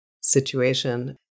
situation